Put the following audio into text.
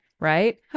right